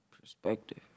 perspective